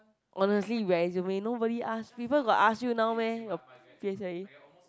honestly resume nobody ask people got ask you now meh your p_s_l_e